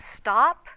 stop